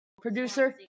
Producer